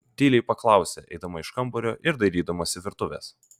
tyliai paklausė eidama iš kambario ir dairydamasi virtuvės